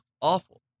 awful